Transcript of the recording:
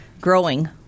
growing